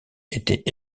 étaient